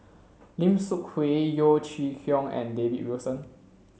Lim Seok Hui Yeo Chee Kiong and David Wilson